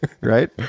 right